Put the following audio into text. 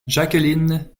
jacqueline